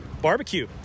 Barbecue